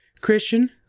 Christian